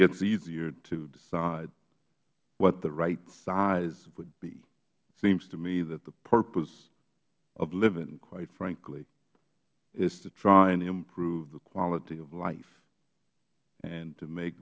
gets easier to decide what the right size would be it seems to me that the purpose of living quite frankly is to try and improve the quality of life and to make